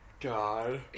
God